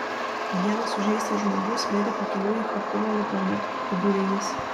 vienas sužeistas žmogus mirė pakeliui į chartumo ligonę pridūrė jis